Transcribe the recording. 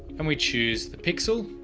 and we choose the pixel